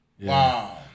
wow